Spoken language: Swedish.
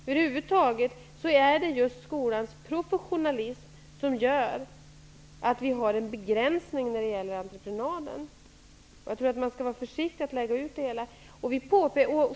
Över huvud taget är det just skolans professionalism som gör att det måste finnas en begränsning när det gäller entreprenadverksamheten. Jag tror att man skall vara försiktig med att lägga ut allt.